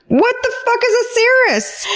what the fuck is a cirrus?